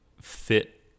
fit